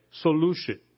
solution